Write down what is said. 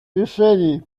решений